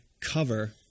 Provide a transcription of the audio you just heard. cover